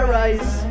rise